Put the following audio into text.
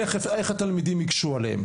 איך התלמידים ייגשו לבגרות?